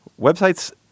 Websites